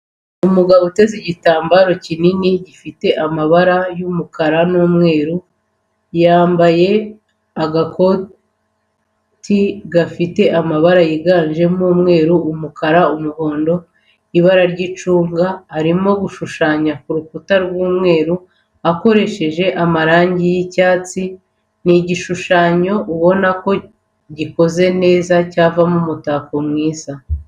Umugabo uteze igitambaro kinini gifite amabara y'umukara n'umweru, yamabaye agakoti gafite amabara yiganjemo umweru, umukara, umuhondo, ibara ry'icunga, arimo gushushanya ku rukuta rw'umweru akoresheje amarangi y'icyatsi, ni igishushanyo ubona ko gikoze neza cyavamo umutako mwiza.